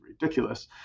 ridiculous